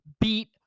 beat